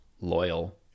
loyal